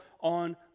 on